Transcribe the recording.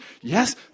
Yes